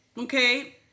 okay